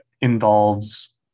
involves